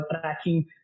tracking